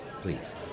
Please